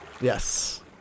Yes